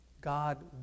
God